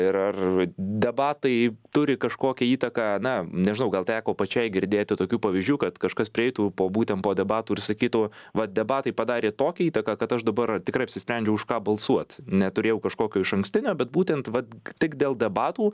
ir ar debatai turi kažkokią įtaką na nežinau gal teko pačiai girdėti tokių pavyzdžių kad kažkas prieitų po būtent po debatų ir sakytų va debatai padarė tokią įtaką kad aš dabar tikrai apsisprendžiau už ką balsuot neturėjau kažkokio išankstinio bet būtent va tik dėl debatų